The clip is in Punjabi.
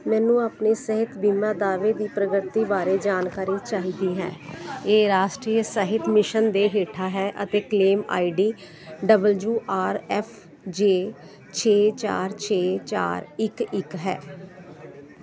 ਮੈਨੂੰ ਆਪਣੇ ਸਿਹਤ ਬੀਮਾ ਦਾਅਵੇ ਦੀ ਪ੍ਰਗਤੀ ਬਾਰੇ ਜਾਣਕਾਰੀ ਚਾਹੀਦੀ ਹੈ ਇਹ ਰਾਸ਼ਟਰੀ ਸਿਹਤ ਮਿਸ਼ਨ ਦੇ ਹੇਠਾਂ ਹੈ ਅਤੇ claim I D W R F J ਛੇ ਚਾਰ ਛੇ ਚਾਰ ਇੱਕ ਇੱਕ ਹੈ